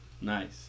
Nice